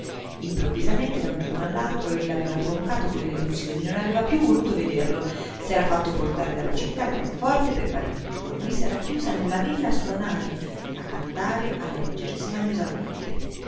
improvvisamente da un giorno all'altro ella aveva troncato quelle lezioni non aveva più voluto vederlo s'era fatto portare dalla città il pianoforte e per parecchi giorni s'era chiusa nella villa a sonare a cantare a leggere